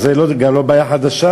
זה גם לא בעיה חדשה,